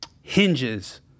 hinges